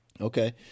okay